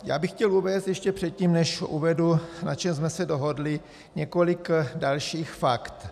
Já bych chtěl uvést ještě předtím, než uvedu, na čem jsme se dohodli, několik dalších fakt.